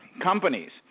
companies